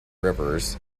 rivers